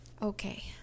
okay